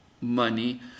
money